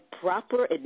proper